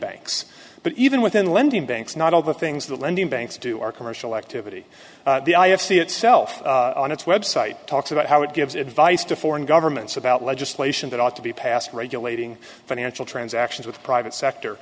banks but even within lending banks not all the things that lending banks do are commercial activity the i f c itself on its website talks about how it gives advice to foreign governments about legislation that ought to be passed regulating financial transactions with private sector